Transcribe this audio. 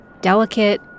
delicate